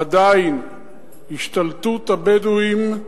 עדיין השתלטות הבדואים,